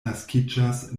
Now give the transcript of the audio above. naskiĝas